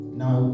now